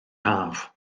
haf